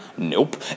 Nope